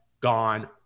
gone